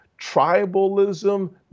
tribalism